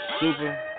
Super